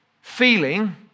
feeling